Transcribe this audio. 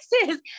Texas